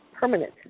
permanent